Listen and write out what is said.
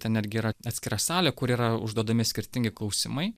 ten netgi yra atskira salė kur yra užduodami skirtingi klausimai